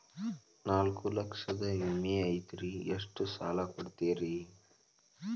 ನಾಲ್ಕು ಲಕ್ಷದ ವಿಮೆ ಐತ್ರಿ ಎಷ್ಟ ಸಾಲ ಕೊಡ್ತೇರಿ?